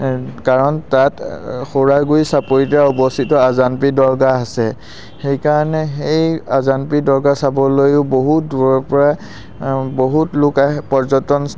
কাৰণ তাত সৌৰাগুড়ি চাপৰিতে অৱস্থিত আজানপীৰ দৰগাহ আছে সেইকাৰণে সেই আজানপীৰ দৰগাহ চাবলৈয়ো বহুত দূৰৰপৰা বহুত লোক আহে পৰ্যটন